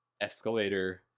escalator